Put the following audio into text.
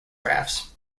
graphs